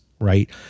right